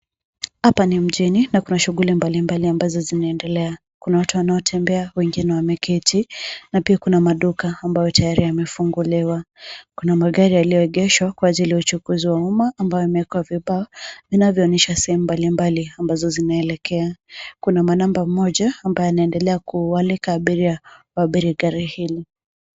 Hapa ni mjini na kuna shughuli mbali mbali ambazo zinaendelea, kuna watu wanaotembea, wengine wameketi na pia kuna maduka ambayo tayari yamefunguliwa. Kuna magari yaliyoegeshwa kwa ajili ya uchukuzi wa uma ambayo yamewekwa vibao, vinavyo onyesha sehemu mbalimbali ambazo zinaelekea. Kuna manamba mmoja ambaye anaendelea kuwaalika abiria waabiri gari hili.